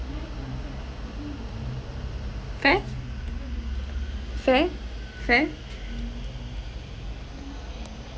fair fair fair